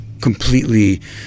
completely